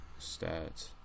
Stats